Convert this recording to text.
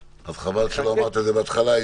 חבל שלא אמרת את זה בהתחלה,